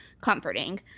comforting